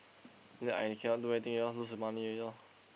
that I cannot do anything I want lose money already lor